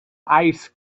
ice